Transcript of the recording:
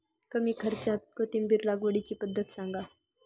कमी खर्च्यात कोथिंबिर लागवडीची पद्धत सांगा